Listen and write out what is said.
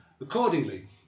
accordingly